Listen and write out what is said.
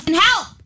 help